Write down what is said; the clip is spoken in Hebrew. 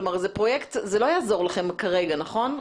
כלומר, אדוני ראש העיר, לא יעזור לכם כרגע, נכון?